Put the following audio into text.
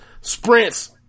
sprints